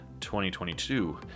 2022